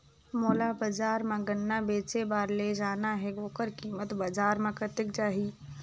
मोला बजार मां गन्ना बेचे बार ले जाना हे ओकर कीमत बजार मां कतेक जाही?